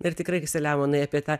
ir tikrai selemonai apie tą